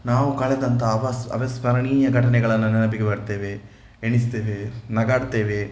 ನಾವು ಕಳೆದಂಥ ಅವಸ್ ಅವಿಸ್ಮರಣೀಯ ಘಟನೆಗಳನ್ನು ನೆನಪಿಗೆ ಬರ್ತೇವೆ ಎಣಿಸ್ತೇವೆ ನಗಾಡ್ತೇವೆ